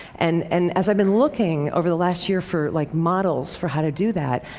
and and, as i've been looking, over the last year, for like models for how to do that,